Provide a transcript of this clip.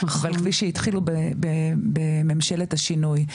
אבל כפי שהתחילו בממשלת השינוי,